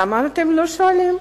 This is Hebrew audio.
למה אתם לא שואלים?